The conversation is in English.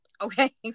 Okay